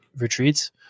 retreats